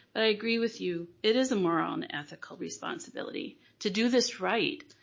but i agree with you, it is a moral and ethical responsibility to do this right.